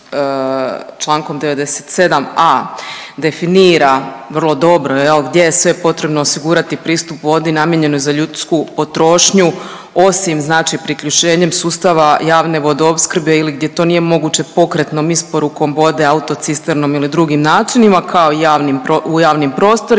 Člankom 97a. definira vrlo dobro jel gdje je sve potrebno osigurati pristup vodi namijenjenoj za ljudsku potrošnju osim znači priključenjem sustava javne vodoopskrbe ili gdje to nije moguće pokretnom isporukom vode autocisternom ili drugim načinima kao javnim, u javnim prostorima